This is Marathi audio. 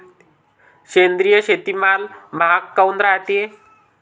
सेंद्रिय शेतीमाल महाग काऊन रायते?